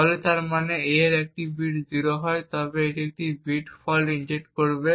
তাহলে তার মানে যদি a এর বিট 0 হয় তবে সে একটি বিট ফল্ট ইনজেক্ট করবে